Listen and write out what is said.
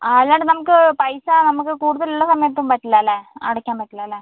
ആ അല്ലാണ്ട് നമുക്ക് പൈസ നമുക്ക് കൂടുതൽ ഉള്ള സമയത്തും പറ്റില്ല അല്ലേ അടയ്ക്കാൻ പറ്റില്ല അല്ലേ